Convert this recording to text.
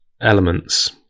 elements